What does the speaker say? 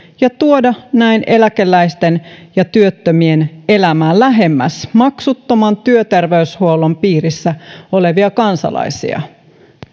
ja tuoda näin eläkeläisten ja työttömien elämää lähemmäs maksuttoman työterveyshuollon piirissä olevia kansalaisia